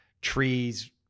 trees